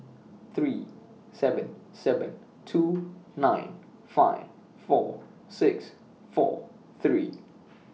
three seven seven two nine five four six four three